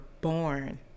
born